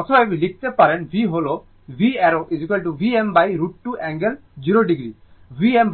অতএব লিখতে পারেন V হল V arrow Vm√ 2 angle 0o Vm√